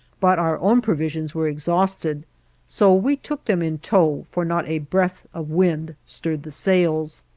but our own provisions were exhausted so we took them in tow, for not a breath of wind stirred the sails.